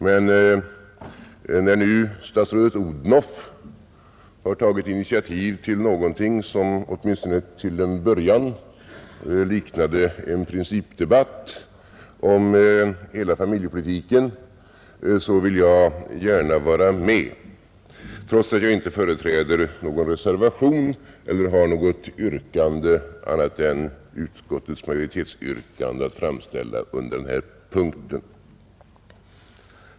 Men när nu statsrådet Odhnoff har tagit initiativ till någonting som, åtminstone till en början, liknade en principdebatt om hela familjepolitiken vill jag gärna vara med, trots att jag inte företräder någon reservation eller har något annat yrkande än om bifall till utskottsmajoritetens hemställan under denna punkt.